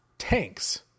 tanks